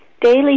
daily